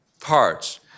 parts